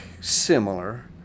similar